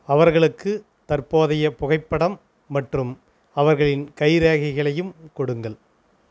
அவர்களுக்கு தற்போதைய புகைப்படம் மற்றும் அவர்களின் கைரேகைகளையும் கொடுங்கள்